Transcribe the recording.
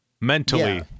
mentally